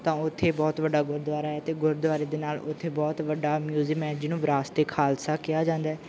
ਤਾਂ ਉੱਥੇ ਬਹੁਤ ਵੱਡਾ ਗੁਰਦੁਆਰਾ ਹੈ ਅਤੇ ਗੁਰਦੁਆਰੇ ਦੇ ਨਾਲ ਉੱਥੇ ਬਹੁਤ ਵੱਡਾ ਮਿਊਜ਼ੀਅਮ ਹੈ ਜਿਹਨੂੰ ਵਿਰਾਸਤ ਏ ਖਾਲਸਾ ਕਿਹਾ ਜਾਂਦਾ ਹੈ